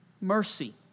mercy